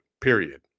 period